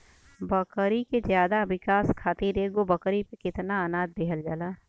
बकरी के ज्यादा विकास खातिर एगो बकरी पे कितना अनाज देहल जाला?